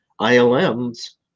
ILM's